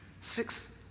Six